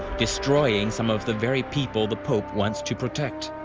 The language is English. destroying some of the very people the pope wants to protect.